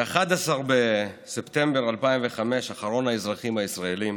ב-11 בספטמבר 2005 אחרון האזרחים הישראלים